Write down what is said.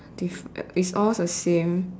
diff~ is all the same